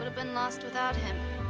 and been lost without him.